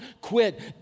quit